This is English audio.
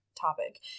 topic